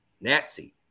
Nazi